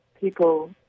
people